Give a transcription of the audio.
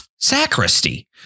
sacristy